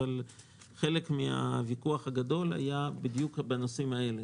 אבל חלק מן הוויכוח הגדול היה בדיוק בנושאים האלה